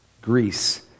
Greece